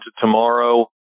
tomorrow